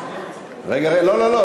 לא לא לא,